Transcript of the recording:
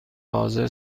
حاضر